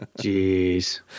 Jeez